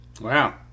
Wow